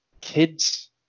kids